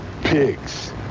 pigs